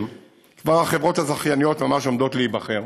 החברות הזכייניות ממש עומדות להיבחר.